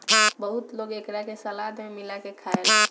बहुत लोग एकरा के सलाद में मिला के खाएला